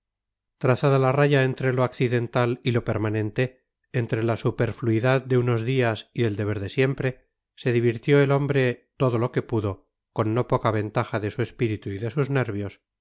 trazada la raya entre lo accidental y lo permanente entre la superfluidad de unos días y el deber de siempre se divirtió el hombre todo lo que pudo con no poca ventaja de su espíritu y de sus nervios